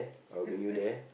the first